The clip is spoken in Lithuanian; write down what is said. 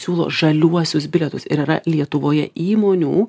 siūlo žaliuosius bilietus ir yra lietuvoje įmonių